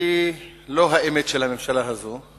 היא לא האמת של הממשלה הזאת.